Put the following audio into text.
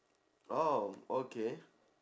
orh okay